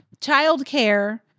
childcare